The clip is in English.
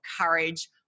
courage